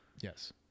Yes